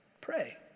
Pray